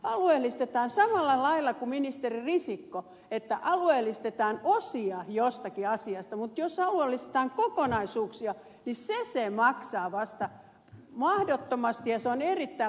alueellistetaan samalla lailla kuin ministeri risikko että alueellistetaan osia jostakin asiasta mutta jos alueellistetaan kokonaisuuksia niin se se maksaa vasta mahdottomasti ja se on erittäin vaikea toteuttaa